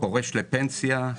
פורש לפנסיה.